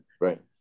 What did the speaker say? Right